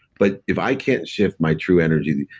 but if i can't shift my true energy,